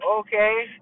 Okay